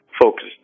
focused